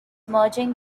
merging